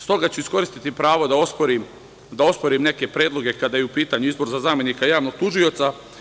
Stoga ću iskoristiti pravo da osporim neke predloge kada je u pitanju izbor za zamenika javnog tužioca.